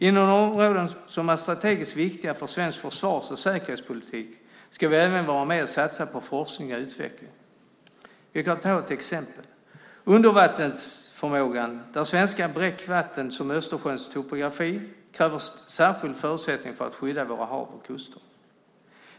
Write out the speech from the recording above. Inom områden som är strategiskt viktiga för svensk försvars och säkerhetspolitik ska vi även vara med och satsa på forskning och utveckling. Jag kan ta ett exempel. Det gäller undervattensförmågan. Svenska bräckvatten och Östersjöns topografi kräver särskilda förutsättningar när det gäller att skydda våra hav och kuster.